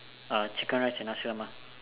uh chicken rice and nasi lemak